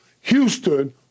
Houston